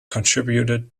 contributed